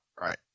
Right